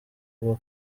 bwo